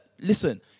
Listen